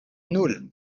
nul